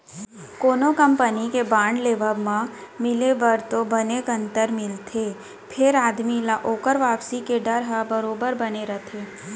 कोनो कंपनी के बांड लेवब म मिले बर तो बने कंतर मिलथे फेर आदमी ल ओकर वापसी के डर ह बरोबर बने रथे